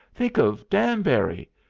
think of danbury.